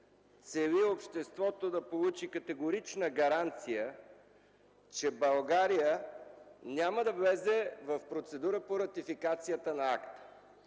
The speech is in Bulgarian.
цели обществото да получи категорична гаранция, че България няма да влезе в процедура по ратификацията на АСТА.